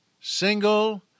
single